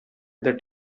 that